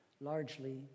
largely